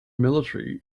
military